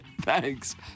Thanks